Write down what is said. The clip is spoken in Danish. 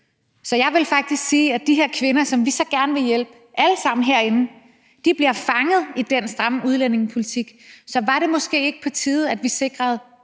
Så jeg vil faktisk sige, at de her kvinder, som vi herinde alle sammen så gerne vil hjælpe, bliver fanget i den stramme udlændingepolitik. Så var det måske ikke på tide, at vi sikrede